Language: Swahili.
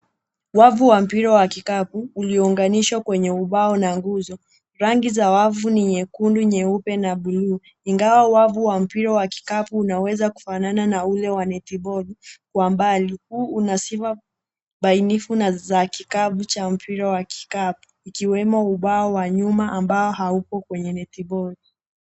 Wavu wa mpira wa kikapu uliounganishwa kwenye ubao na nguzo. Rangi za wavu ni nyekundu, nyeupe, na buluu. Ingawa wavu wa mpira wa kikapu unaweza kufanana na ule wa netiboli, kwa mbali huu unasifa bainifu na za kikapu na mpira wa kikapu, ikiwa na ubao wa nyuma ambao haupo kwenye netiboli.